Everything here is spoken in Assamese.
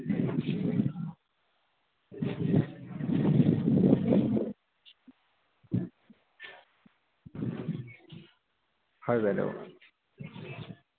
হয় বাইদেউ